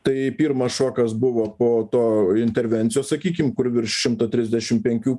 tai pirmas šokas buvo po to intervencijos sakykim kur virš šimto trisdešim penkių